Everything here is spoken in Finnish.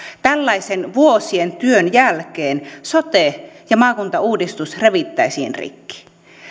tällaisen vuosien työn jälkeen sote ja maakuntauudistus revittäisiin rikki